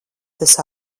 tas